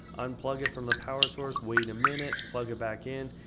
unplug it from the power source, wait a minute, plug it back in,